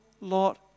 lot